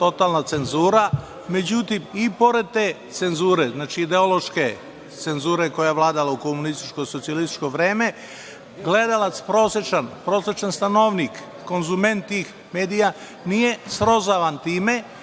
totalna cenzura. Međutim, i pored te cenzure, znači, ideološke cenzure koja je vladala u komunističko socijalističko vreme, prosečan gledalac, prosečan stanovnik, konzument tih medija nije srozavan time,